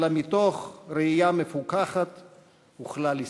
אלא מתוך ראייה מפוכחת וכלל-ישראלית.